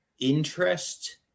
interest